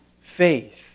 faith